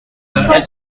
cent